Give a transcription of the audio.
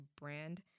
brand